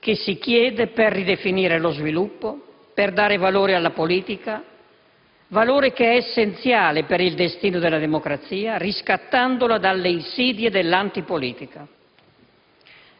che si chiede per ridefinire lo sviluppo, per dare valore alla politica, valore che è essenziale per il destino della democrazia, riscattandolo dalle insidie dell'antipolitica.